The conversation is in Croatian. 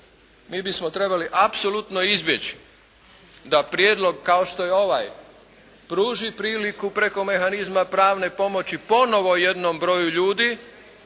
mi bismo trebali apsolutno izbjeći da prijedlog kao što je ovaj pruži priliku preko mehanizma pravne pomoći ponovno jednom broju ljudi